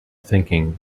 thinking